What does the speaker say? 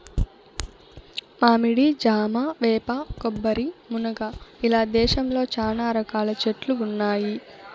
మామిడి, జామ, వేప, కొబ్బరి, మునగ ఇలా దేశంలో చానా రకాల చెట్లు ఉన్నాయి